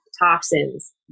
toxins